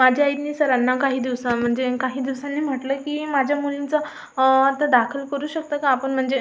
माझ्या आईनी सरांना काही दिवसा म्हणजे काही दिवसांनी म्हटलं की माझ्या मुलींचं आता दाखल करू शकता का आपण म्हणजे